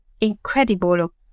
incredible